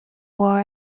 war